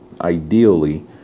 Ideally